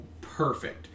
perfect